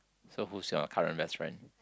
so who is your current best friend